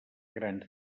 grans